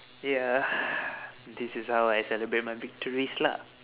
ya this is how I celebrate my victories lah